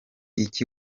iki